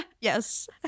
Yes